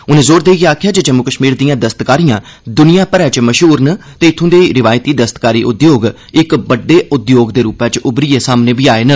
उनें जोर देइयै आखेआ जे जम्मू कश्मीर दिआं दस्तकारियां दुनिया भरै च मशहूर न ते इत्थुं दे रिवायती दस्तकारी उद्योग इक बड्डे उद्योग दे रूपै च उभरियै सामने बी आए न